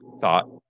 thought